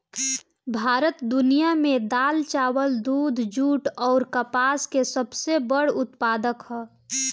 भारत दुनिया में दाल चावल दूध जूट आउर कपास के सबसे बड़ उत्पादक ह